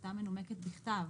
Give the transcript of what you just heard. להחלטה מנומקת בכתב,